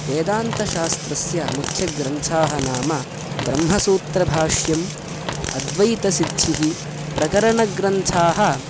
वेदान्तशास्त्रस्य मुख्यग्रन्थाः नाम ब्रह्मसूत्रभाष्यम् अद्वैतसिद्धिः प्रकरणग्रन्थाः